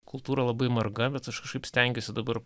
kultūra labai marga bet aš kažkaip stengiuosi dabar